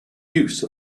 use